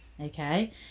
okay